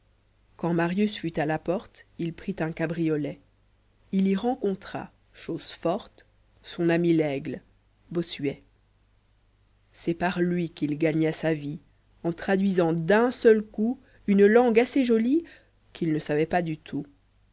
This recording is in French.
quand marins fut à la porte il prit un cabriolet il y rencontra chose forte son ami laigle bossuèt c'est par lui qu'il gagna sa vie en traduisant d'un seul coup jol'ne jol'ne assez jolie qu'il ne savait pas du tout